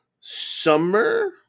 summer